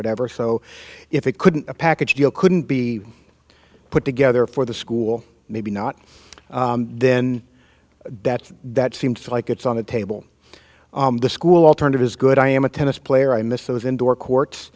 whatever so if it couldn't a package deal couldn't be put together for the school maybe not then that that seems like it's on the table the school alternative is good i am a tennis player i miss those indoor court